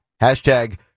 Hashtag